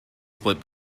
split